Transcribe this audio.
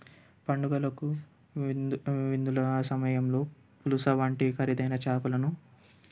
పండుగలకు విందు విందుల ఆ సమయంలో పులస వంటి ఖరీదైన చేపలను